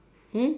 hmm